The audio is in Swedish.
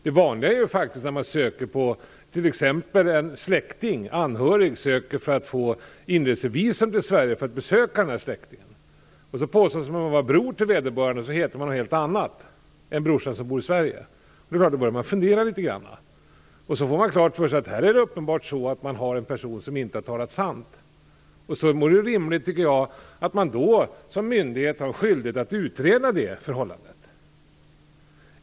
Det vanliga är faktiskt att en släkting eller anhörig ansöker om inresevisum till Sverige för att besöka sin släkting. Man påstår sig vara bror till vederbörande och heter något helt annat än brodern som bor i Sverige. Då börjar man naturligtvis fundera litet grand och får klart för sig att detta är en person som inte har talat sant. Då tycker jag att det är rimligt att myndigheten har skyldighet att utreda det förhållandet.